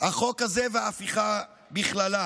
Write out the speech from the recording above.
החוק הזה וההפיכה בכללה.